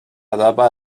etapa